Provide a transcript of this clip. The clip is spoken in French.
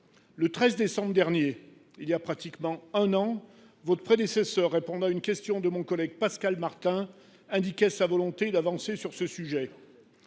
Le 13 décembre dernier – cela fait pratiquement un an –, votre prédécesseur, répondant à une question de mon collègue Pascal Martin, indiquait sa volonté d’avancer sur le sujet.